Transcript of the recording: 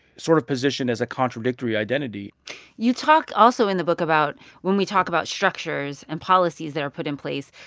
sort of positioned as a contradictory identity you talk also in the book about when we talk about structures and policies that are put in place,